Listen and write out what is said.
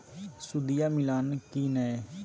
सुदिया मिलाना की नय?